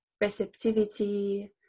receptivity